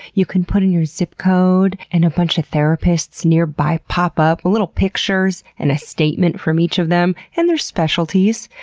you can put in your zip code, and a bunch of therapists nearby pop up, with little pictures, and a statement from each of them, and their specialties.